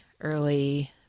early